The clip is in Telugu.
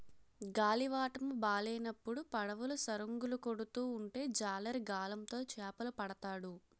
గాలివాటము బాలేనప్పుడు పడవలు సరంగులు కొడుతూ ఉంటే జాలరి గాలం తో చేపలు పడతాడు